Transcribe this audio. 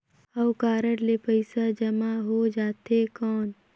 हव कारड ले पइसा जमा हो जाथे कौन?